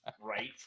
Right